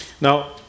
Now